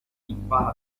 impara